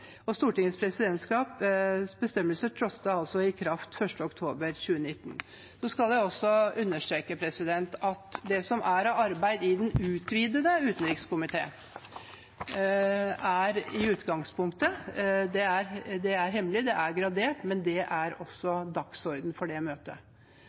bestemmelser trådte i kraft 1. oktober 2019. Nå skal jeg også understreke at det som er av arbeid i den utvidete utenrikskomité i utgangspunktet er hemmelig, det er gradert, men det er også dagsordenen for det møtet. Det er